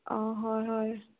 অঁ হয় হয়